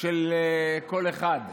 של כל אחד,